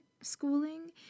schooling